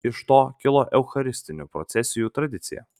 iš to kilo eucharistinių procesijų tradicija